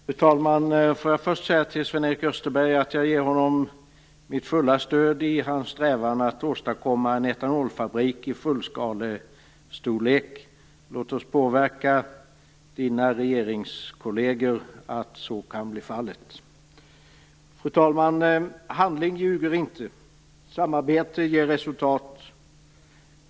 Fru talman! Jag vill till Sven-Erik Österberg först säga att jag ger honom mitt fulla stöd i hans strävan att åstadkomma en etanolfabrik i fullskalestorlek. Låt oss påverka dina partikamrater i regeringen så att detta kan bli fallet. Fru talman! Handling ljuger inte! Samarbete ger resultat!